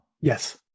Yes